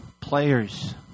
players